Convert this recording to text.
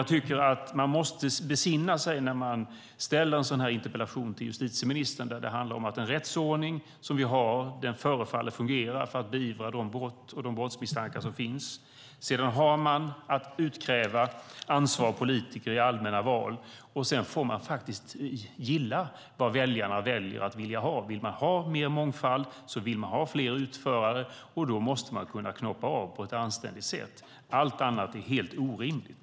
Jag tycker att man måste besinna sig när man ställer en sådan här interpellation till justitieministern där det handlar om den rättsordning som vi har som förefaller fungera för att beivra de brott och de brottsmisstankar som finns. Sedan har man att utkräva ansvar av politiker i allmänna val, och därefter får man faktiskt gilla vad väljarna vill ha. Vill de ha mer mångfald så vill de ha fler utförare, och då måste man kunna knoppa av på ett anständigt sätt. Allt annat är helt orimligt.